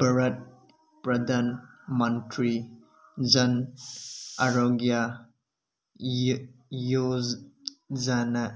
Bharat Pradhan Mantri Jan Arogya Yojana